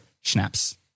schnapps